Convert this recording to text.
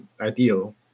ideal